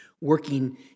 working